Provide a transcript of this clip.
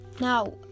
Now